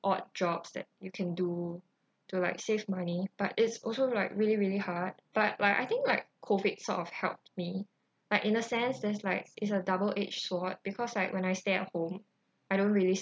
odd jobs that you can do to like save money but it's also like really really hard but like I think like COVID sort of helped me like in a sense there's like it's a double edge sword because like when I stay at home I don't really